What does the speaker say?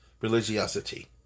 religiosity